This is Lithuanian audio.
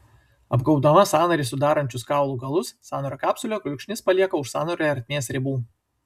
apgaubdama sąnarį sudarančius kaulų galus sąnario kapsulė kulkšnis palieka už sąnario ertmės ribų